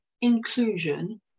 Inclusion